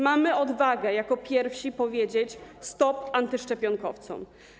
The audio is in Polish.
Mamy odwagę jako pierwsi powiedzieć: stop antyszczepionkowcom.